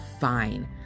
fine